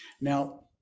now